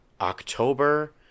October